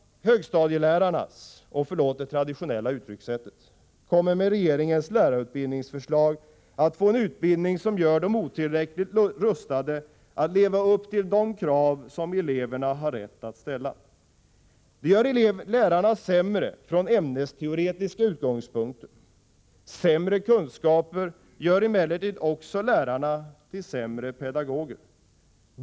Högstadielärarna — och förlåt det traditionella uttryckssättet — kommer med regeringens lärarutbildningsförslag att få en utbildning som gör dem otillräckligt rustade att leva upp till de krav som eleverna har rätt att ställa. Det gör lärarna sämre från ämnesteoretiska utgångspunkter. Sämre kunskaper gör också lärarna till sämre pedagoger.